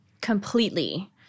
completely